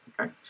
Okay